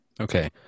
Okay